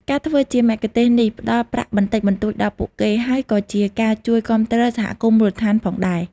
ការធ្វើជាមគ្គុទ្ទេសក៏នេះផ្ដល់ប្រាក់បន្តិចបន្តួចដល់ពួកគេ ហើយក៏ជាការជួយគាំទ្រសហគមន៍មូលដ្ឋានផងដែរ។